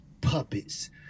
puppets